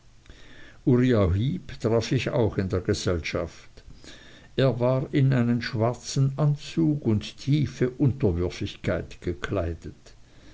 traf ich auch in der gesellschaft er war in einen schwarzen anzug und tiefe unterwürfigkeit gekleidet